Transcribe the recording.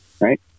Right